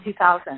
2000